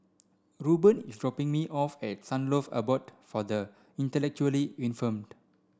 Reuben is dropping me off at Sunlove Abode for the Intellectually Infirmed